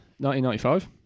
1995